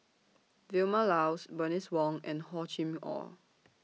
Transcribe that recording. Vilma Laus Bernice Wong and Hor Chim Or